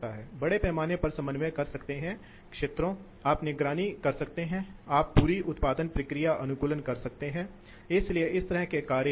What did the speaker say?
तो इस अक्ष पर इस अक्ष पर आपके पास यह सीएफएम है अर्थात क्यूबिक फीट जो प्रति मिनट वॉल्यूम की एक इकाई है इसलिए यह वॉल्यूम प्रवाह दर के अलावा कुछ भी नहीं है